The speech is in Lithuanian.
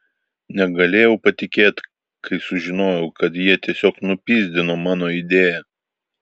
negalėjau patikėt kai sužinojau kad jie tiesiog nupyzdino mano idėją